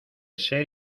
ser